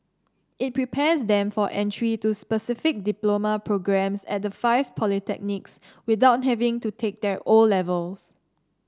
it prepares them for entry to specific diploma programmes at the five polytechnics without having to take their O levels